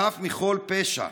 חף מכל פשע,